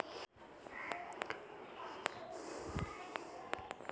ग्वालियरेर गाड़ी शोरूम खोलवार त न अंकलक नब्बे लाखेर पूंजी लाग ले